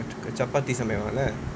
chapaathi சமையலோட:samaiyaloda